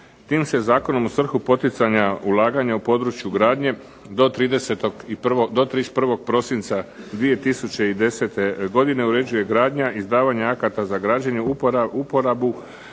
Tim se zakonom u svrhu poticanja ulaganja u području gradnje do 31. prosinca 2010. godine uređuje gradnja, izdavanje akata za građenje, uporabu